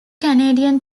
canadian